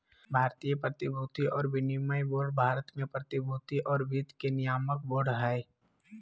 भारतीय प्रतिभूति और विनिमय बोर्ड भारत में प्रतिभूति और वित्त के नियामक बोर्ड हइ